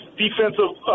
defensive